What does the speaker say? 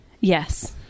Yes